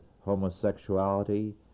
homosexuality